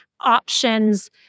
options